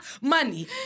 Money